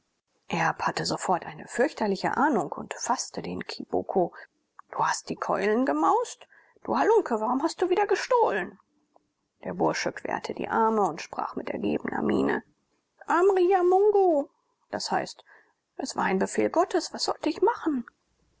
erb hatte sofort eine fürchterliche ahnung und faßte den kiboko du hast die keulen gemaust du halunke warum hast du wieder gestohlen der bursche querte die arme und sprach mit ergebener miene amri ya mungu d h es war ein befehl gottes was sollte ich machen